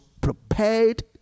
prepared